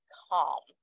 calm